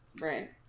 right